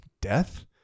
death